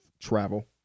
travel